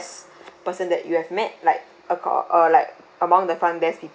person that you have met like accord~ uh like among the front desk people